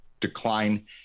decline